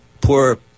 poor